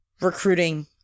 recruiting